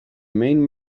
main